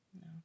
No